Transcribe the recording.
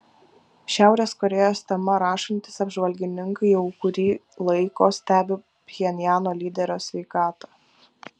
šiaurės korėjos tema rašantys apžvalgininkai jau kurį laiko stebi pchenjano lyderio sveikatą